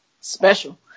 special